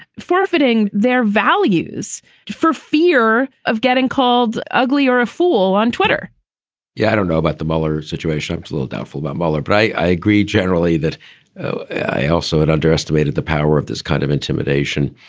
forfeiting their values for fear of getting called ugly or a fool on twitter yeah, i don't know about the mueller situation. i was a little doubtful about mueller. but right. i agree generally that i also had underestimated the power of this kind of intimidation.